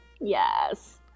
yes